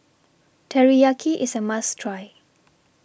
Teriyaki IS A must Try